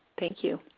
thank you.